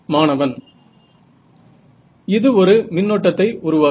மாணவன் இது ஒரு மின்னோட்டத்தை உருவாக்கும்